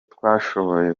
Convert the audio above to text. twashoboye